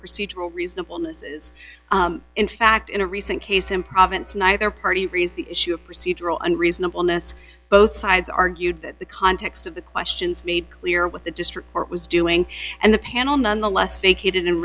procedural reasonable misses in fact in a recent case in province neither party raised the issue of procedural unreasonableness both sides argued that the context of the questions made clear what the district court was doing and the panel nonetheless vacated